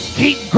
keep